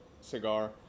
cigar